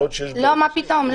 לא, מה פתאום?